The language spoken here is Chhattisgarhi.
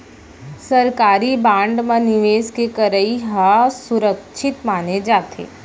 सरकारी बांड म निवेस के करई ह सुरक्छित माने जाथे